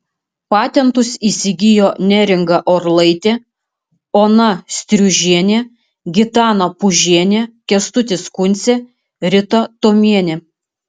patentus įsigijo neringa orlaitė ona striužienė gitana pužienė kęstutis kuncė rita tuomienė